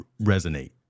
resonate